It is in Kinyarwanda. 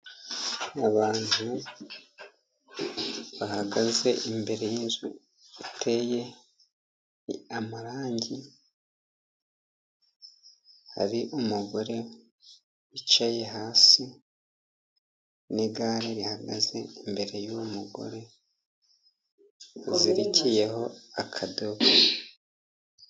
Abantu bahagaze imbere y'inzu iteye amarangi, hari umugore wicaye hasi n'igare rihagaze imbere y'uwo mugore, rizirikiyeho akadobo.